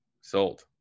Sold